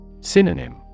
Synonym